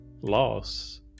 loss